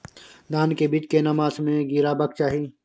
धान के बीज केना मास में गीराबक चाही?